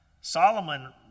Solomon